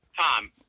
Tom